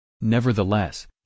Nevertheless